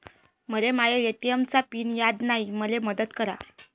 मले माया ए.टी.एम चा पिन याद नायी, मले मदत करा